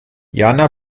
jana